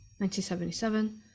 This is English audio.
1977